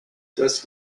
dust